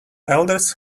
elders